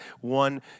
one